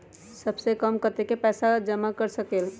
सबसे कम कतेक पैसा जमा कर सकेल?